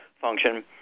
function